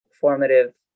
formative